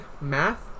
math